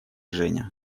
женя